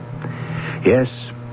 Yes